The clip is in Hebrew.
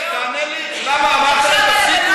תענה לי למה אמרת "תפסיקו